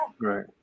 Right